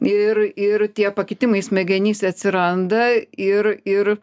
ir ir tie pakitimai smegenyse atsiranda ir ir